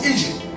Egypt